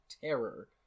terror